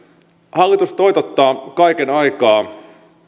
hallitus toitottaa kaiken aikaa